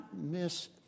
miss